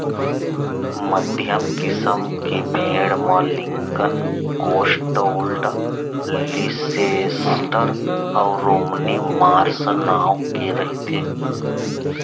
मध्यम किसम के भेड़ म लिंकन, कौस्टवोल्ड, लीसेस्टर अउ रोमनी मार्स नांव के रहिथे